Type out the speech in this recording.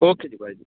okay ji bye ਜੀ